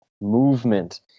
movement